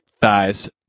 thighs